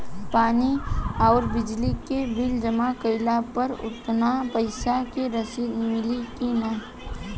पानी आउरबिजली के बिल जमा कईला पर उतना पईसा के रसिद मिली की न?